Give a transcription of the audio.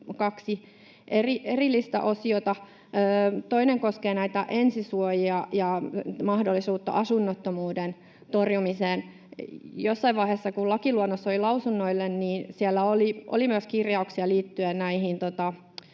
kaksi erillistä osiota: Toinen koskee ensisuojia ja mahdollisuutta asunnottomuuden torjumiseen: Jossain vaiheessa, kun lakiluonnos oli lausunnoilla, siellä oli myös kirjauksia liittyen